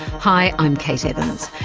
hi, i'm kate evans.